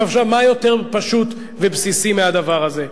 מה יותר פשוט ובסיסי מהדבר הזה?